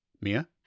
Mia